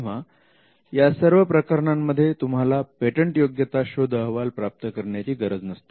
तेव्हा या सर्व प्रकरणांमध्ये तुम्हाला पेटंटयोग्यता शोध अहवाल प्राप्त करण्याची गरज नसते